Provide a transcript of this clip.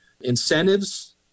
incentives